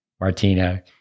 Martina